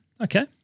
okay